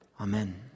Amen